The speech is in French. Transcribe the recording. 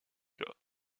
cas